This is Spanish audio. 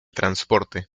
transporte